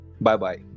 Bye-bye